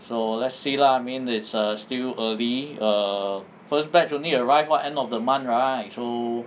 so let's see lah I mean it's err still early err first batch only arrived what end of the month right so